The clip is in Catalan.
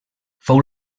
fou